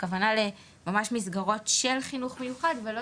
הכוונה לממש מסגרות של חינוך מיוחד ולא